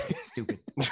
Stupid